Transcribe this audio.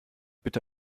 bitte